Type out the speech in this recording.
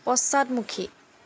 পশ্চাদমুখী